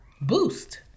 boost